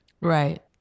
Right